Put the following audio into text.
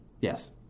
Yes